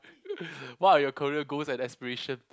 what are your career goals and aspiration